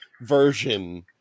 version